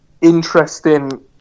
interesting